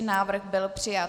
Návrh byl přijat.